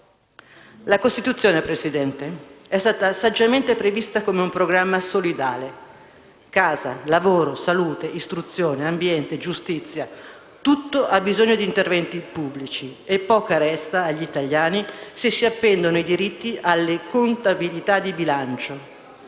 La Costituzione, signora Presidente, è stata saggiamente prevista come un programma solidale: casa, lavoro, salute, istruzione, ambiente, giustizia. Tutto ha bisogno di interventi pubblici e poco resta agli italiani se si subordinano i diritti alle contabilità di bilancio.